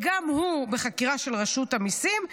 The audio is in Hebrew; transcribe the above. גם הוא בחקירה של רשות המיסים.